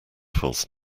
false